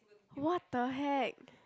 !what-the-heck!